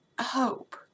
hope